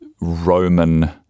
Roman